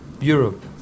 Europe